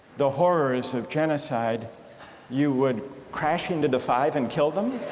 the horrors of genocide you would crash into the five and kill them?